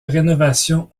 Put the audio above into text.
rénovation